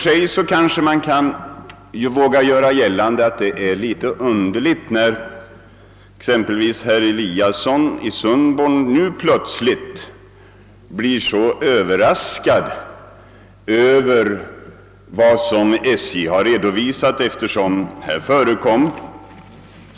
Det kan med fog göras gällande att exempelvis herr Eliassons i Sundborn överraskning över vad SJ redovisat är något underlig.